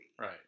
Right